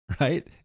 right